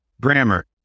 grammar